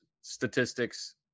statistics